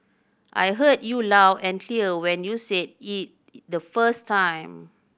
I heard you loud and clear when you said it the first time